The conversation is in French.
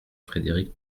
frédéric